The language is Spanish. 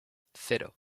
cero